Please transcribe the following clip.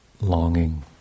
longing